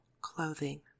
clothing